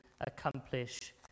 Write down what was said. accomplish